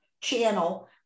channel